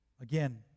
Again